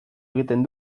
egiten